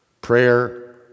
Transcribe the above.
prayer